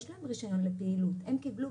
יש להם רישיון לפעילות, הם קיבלו.